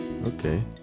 Okay